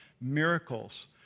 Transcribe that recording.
Miracles